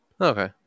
Okay